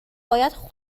باید